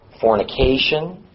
fornication